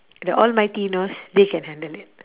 the almighty knows they can handle it